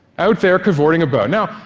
out there cavorting about. now,